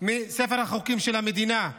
מספר החוקים של המדינה,